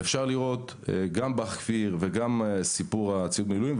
אפשר לראות גם בבא"ח כפיר וגם בסיפור ציוד המילואים.